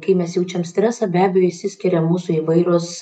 kai mes jaučiam stresą be abejo išsiskiria mūsų įvairūs